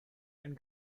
and